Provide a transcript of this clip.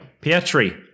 Pietri